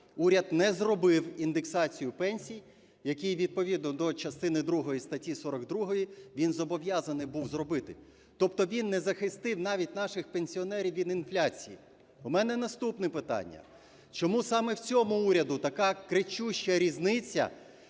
уряд не зробив індексацію пенсій, яку відповідно до частини другої статті 42 він зобов'язаний був зробити. Тобто він не захистив навіть наших пенсіонерів від інфляції. У мене наступне питання. Чому саме в цьому уряді така кричуща різниця